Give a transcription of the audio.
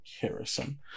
harrison